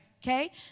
okay